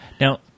Now